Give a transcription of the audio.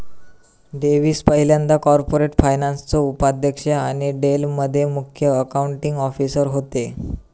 Davis पयल्यांदा corporate फायनान्सचो उपाध्यक्ष आणि डेल मध्ये मुख्य अकाउंटींग ऑफिसर होते